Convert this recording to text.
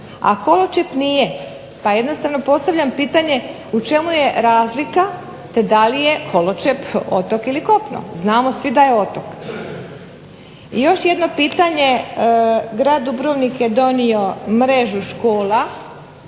a Koločep nije pa jednostavno postavljam pitanje o čemu je razlika te da li je Koločep otok ili kopno. Znamo svi da je otok. I još jedno pitanje, grad Dubrovnik je donio mrežu škola